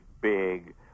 big